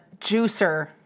Juicer